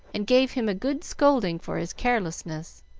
and gave him a good scolding for his carelessness.